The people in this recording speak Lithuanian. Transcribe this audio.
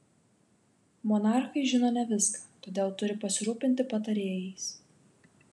monarchai žino ne viską todėl turi pasirūpinti patarėjais